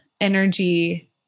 energy